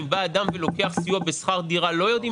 אם אדם לוקח סיוע בשכר דירה לא יודעים